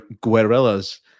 guerrillas